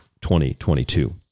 2022